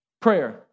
Prayer